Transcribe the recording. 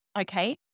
okay